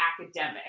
academic